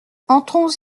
entrons